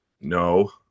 No